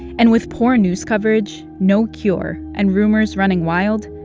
and with poor news coverage, no cure and rumors running wild,